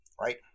right